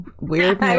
weird